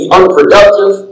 unproductive